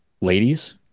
Ladies